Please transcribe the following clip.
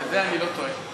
ובזה אני לא טועה.